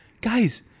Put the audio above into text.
guys